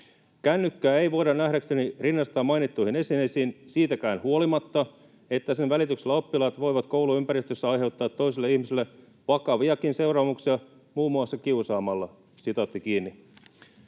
”Kännykkää ei voida nähdäkseni rinnastaa mainittuihin esineisiin siitäkään huolimatta, että sen välityksellä oppilaat voivat kouluympäristössä aiheuttaa toiselle ihmiselle vakaviakin seuraamuksia muun muassa kiusaamalla.”